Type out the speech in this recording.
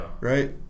Right